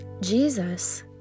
Jesus